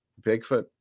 Bigfoot